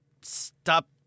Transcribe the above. stop